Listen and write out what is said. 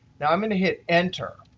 now, i'm going to hit enter.